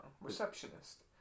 Receptionist